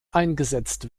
eingesetzt